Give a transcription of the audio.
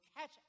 catch